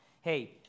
Hey